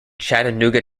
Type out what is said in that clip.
chattanooga